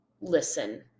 listen